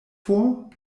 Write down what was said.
vor